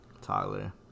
Tyler